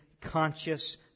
conscious